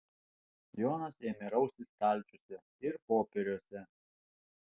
jonas ėmė raustis stalčiuose ir popieriuose